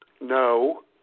No